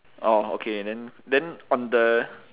orh okay and then then on the